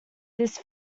this